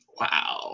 Wow